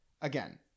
Again